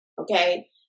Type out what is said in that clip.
okay